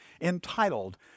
entitled